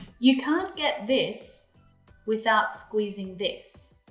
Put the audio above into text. you can't get this without squeezing this.